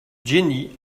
jenny